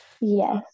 yes